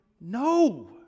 no